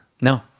No